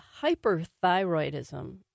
hyperthyroidism